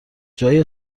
جای